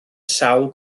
sawl